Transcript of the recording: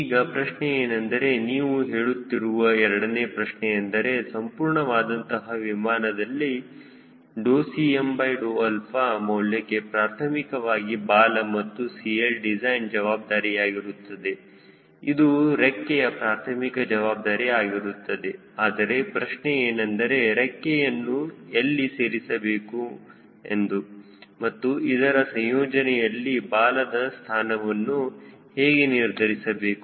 ಈಗ ಪ್ರಶ್ನೆಯೇನೆಂದರೆ ನೀವು ಹೇಳುತ್ತಿರುವ ಎರಡನೇ ಪ್ರಶ್ನೆ ಏನೆಂದರೆ ಸಂಪೂರ್ಣವಾದಂತಹ ವಿಮಾನದ Cm ಮೌಲ್ಯಕ್ಕೆ ಪ್ರಾಥಮಿಕವಾಗಿ ಬಾಲ ಮತ್ತು 𝐶Ldecign ಜವಾಬ್ದಾರಿಯಾಗಿರುತ್ತದೆ ಇದು ರೆಕ್ಕೆಯ ಪ್ರಾರ್ಥಮಿಕ ಜವಾಬ್ದಾರಿ ಆಗಿರುತ್ತದೆ ಆದರೆ ಪ್ರಶ್ನೆಯೇನೆಂದರೆ ರೆಕ್ಕೆಯನ್ನು ಎಲ್ಲಿ ಸೇರಿಸಬೇಕು ಎಂದು ಮತ್ತು ಇದರ ಸಂಯೋಜನೆಯಲ್ಲಿ ಬಾಲದ ಸ್ಥಾನವನ್ನು ಹೇಗೆ ನಿರ್ಧರಿಸಬೇಕು